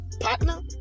partner